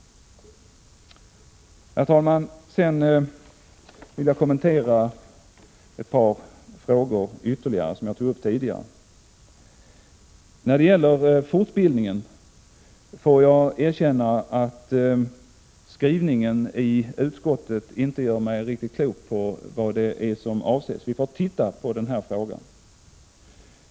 Herr talman! Sedan vill jag kommentera ett par frågor som jag tog upp tidigare. Beträffande fortbildningen får jag erkänna att jag inte blir riktigt klok på vad som avses i skrivningen i utskottets betänkande. Vi får se på frågan.